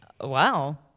Wow